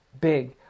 big